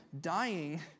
dying